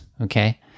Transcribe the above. Okay